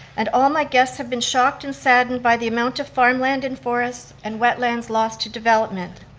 and all my guests have been shocked and saddened by the amount of farmland and forests and wetlands lost to development.